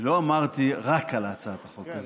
אני לא אמרתי שרק על הצעת החוק הזאת.